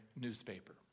Newspaper